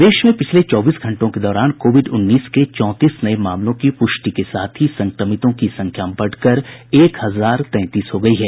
प्रदेश में पिछले चौबीस घंटों के दौरान कोविड उन्नीस के चौंतीस नये मामलों की पुष्टि के साथ ही संक्रमितों की संख्या बढ़कर एक हजार तैंतीस हो गयी है